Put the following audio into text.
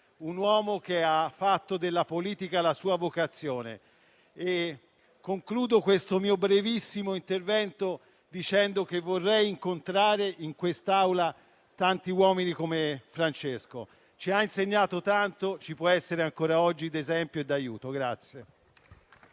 un uomo che ha fatto della politica la propria vocazione. Concludo il mio brevissimo intervento dicendo che vorrei incontrare in quest'Aula tanti uomini come Francesco. Ci ha insegnato tanto e ci può essere ancora oggi d'esempio e d'aiuto.